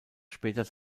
später